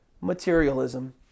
materialism